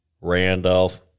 Randolph